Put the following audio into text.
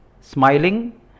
smiling